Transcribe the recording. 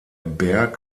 berg